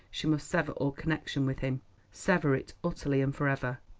she must sever all connection with him sever it utterly and for ever.